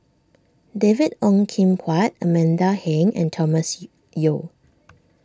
David Ong Kim Huat Amanda Heng and Thomas Yeo